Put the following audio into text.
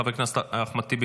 חבר הכנסת אחמד טיבי,